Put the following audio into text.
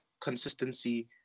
consistency